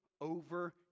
over